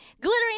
Glittering